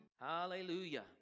Hallelujah